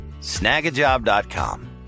Snagajob.com